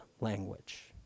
language